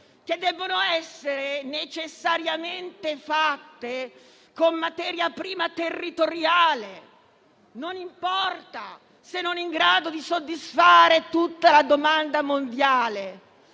che devono essere necessariamente fatte con materia prima territoriale, non importa se non in grado di soddisfare tutta la domanda mondiale,